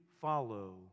follow